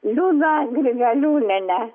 liudą grigaliūnienę